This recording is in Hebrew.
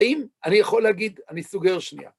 האם? אני יכול להגיד, אני סוגר שנייה.